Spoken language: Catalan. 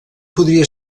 podria